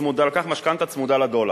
לקח משכנתה צמודה לדולר.